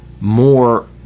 more